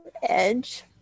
edge